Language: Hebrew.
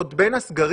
עוד בין הסגרים,